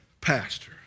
pastor